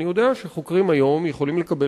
אני יודע שחוקרים היום יכולים לקבל